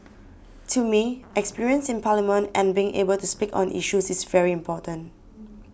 to me experience in Parliament and being able to speak on issues is very important